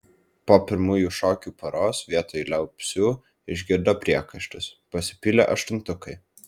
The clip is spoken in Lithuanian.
po pirmųjų šokių poros vietoj liaupsių išgirdo priekaištus pasipylė aštuntukai